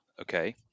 Okay